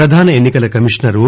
ప్రధాన ఎన్నికల కమీషనర్ ఓ